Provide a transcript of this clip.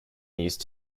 these